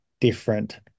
different